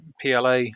PLA